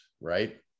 Right